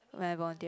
when I volunteer